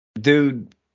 Dude